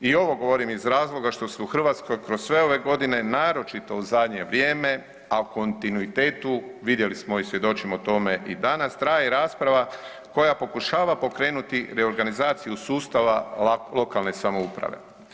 I ovo govorim iz razloga što u Hrvatskoj kroz sve ove godine naročito u zadnje vrijeme, a u kontinuitetu, vidjeli smo i svjedočimo tome, i danas traje rasprava koja pokušava pokrenuti reorganizaciju sustava lokalne samouprave.